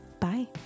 bye